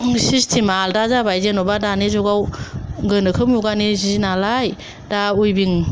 सिस्टेमा आलदा जाबाय जेनबा दानि जुगाव गोनोखो मुगानि जि नालाय दा अयबिं